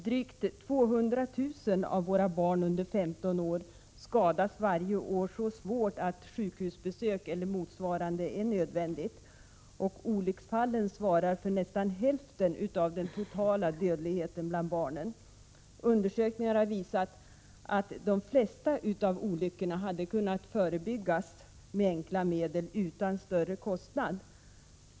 Drygt 200 000 av våra barn under 15 år skadas varje år så svårt att sjukhusbesök eller motsvarande är nödvändigt. Olycksfallen svarar för nästan hälften av den totala dödligheten bland barnen. Undersökningar har visat att de flesta av olyckorna hade kunnat förebyggas med enkla medel utan större kostnad.